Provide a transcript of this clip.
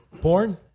porn